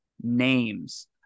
names